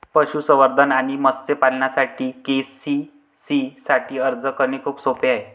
पशुसंवर्धन आणि मत्स्य पालनासाठी के.सी.सी साठी अर्ज करणे खूप सोपे आहे